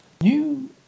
New